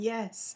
Yes